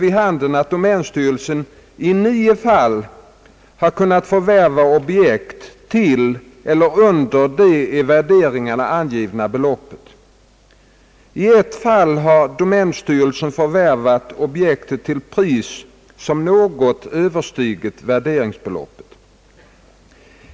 vid handen att domänstyrelsen i nio fall har kunnat förvärva objekt till eller under det i värderingarna angivna beloppet, i ett fall har dor mänstyrelsen förvärvat objektet till pris som något överstigit värderingsbeloppet.